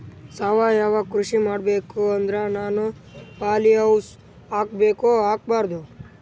ಸಾವಯವ ಕೃಷಿ ಮಾಡಬೇಕು ಅಂದ್ರ ನಾನು ಪಾಲಿಹೌಸ್ ಹಾಕೋಬೇಕೊ ಹಾಕ್ಕೋಬಾರ್ದು?